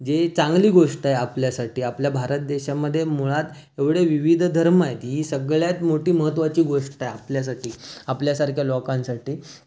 जे चांगली गोष्ट आहे आपल्यासाठी आपल्या भारत देशामध्ये मुळात एवढे विविध धर्म आहेत ही सगळ्यात मोठी महत्त्वाची गोष्ट आहे आपल्यासाठी आपल्यासारख्या लोकांसाठी